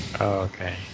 Okay